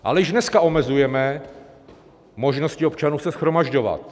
Ale již dneska omezujeme možnosti občanů se shromažďovat.